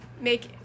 make